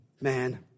man